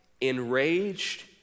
enraged